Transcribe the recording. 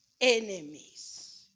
enemies